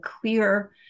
clear